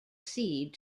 seed